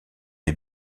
est